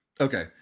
Okay